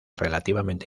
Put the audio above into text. relativamente